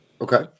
Okay